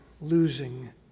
losing